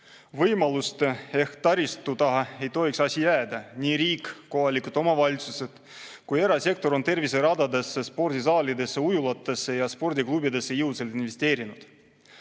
ehk taristu taha ei tohiks asi jääda. Nii riik, kohalikud omavalitsused kui ka erasektor on terviseradadesse, spordisaalidesse, ujulatesse ja spordiklubidesse jõudsalt investeerinud.